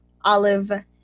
Olive